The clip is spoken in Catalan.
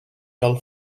cal